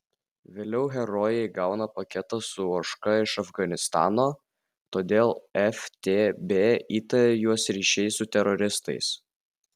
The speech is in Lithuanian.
vėliau herojai gauna paketą su ožka iš afganistano todėl ftb įtaria juos ryšiais su teroristais